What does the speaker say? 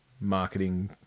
marketing